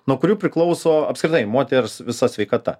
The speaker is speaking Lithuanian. nuo kurių priklauso apskritai moters visa sveikata